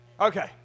Okay